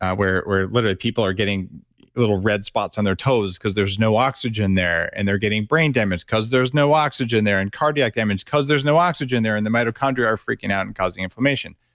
where where literally people are getting little red spots on their toes because there's no oxygen there, and they're getting brain damage because there's no oxygen there, and cardiac damage because there's no oxygen there, and the mitochondria are freaking out and causing inflammation?